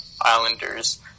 islanders